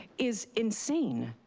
is insane.